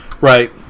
Right